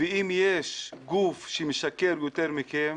ואם יש גוף שמשקר יותר מכם